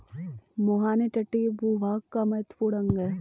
मुहाने तटीय भूभाग का महत्वपूर्ण अंग है